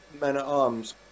men-at-arms